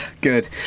good